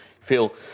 feel